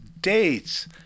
dates